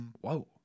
whoa